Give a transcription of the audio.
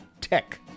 tech